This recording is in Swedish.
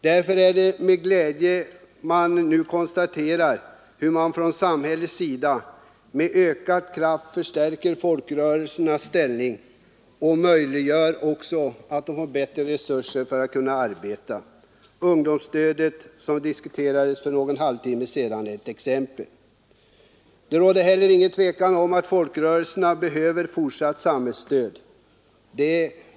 Därför är det glädjande att nu konstatera hur man från samhällets sida med ökad kraft förstärker folkrörelsernas ställning genom att ge dem större resurser för sitt arbete. Ungdomsrådet, som diskuterades för någon halvtimme sedan, är ett exempel. Det råder heller inget tvivel om att folkrörelserna behöver ökat samhällsstöd.